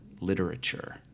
literature